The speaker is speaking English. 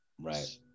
right